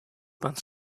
pants